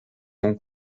mon